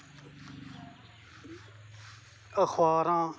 अखवारा